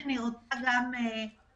אני רוצה להתייחס